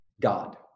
God